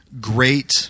great